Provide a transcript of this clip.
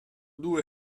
due